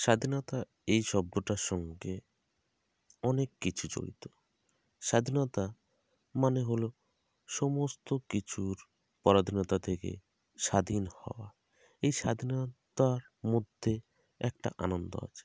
স্বাধীনতা এই শব্দটার সঙ্গে অনেক কিছু জড়িত স্বাধীনতা মানে হলো সমস্ত কিছুর পরাধীনতা থেকে স্বাধীন হওয়া এই স্বাধীনতার মধ্যে একটা আনন্দ আছে